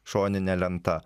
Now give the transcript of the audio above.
šoninė lenta